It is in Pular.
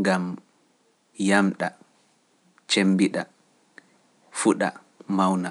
ngam yamɗa, cemmbiɗa, fuɗa, mawna.